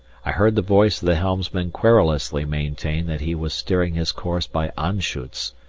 i heard the voice of the helmsman querulously maintain that he was steering his course by anschutz,